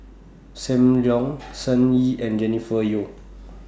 SAM Leong Shen Xi and Jennifer Yeo